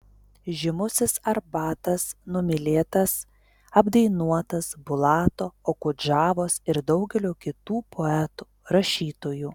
žymusis arbatas numylėtas apdainuotas bulato okudžavos ir daugelio kitų poetų rašytojų